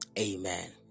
Amen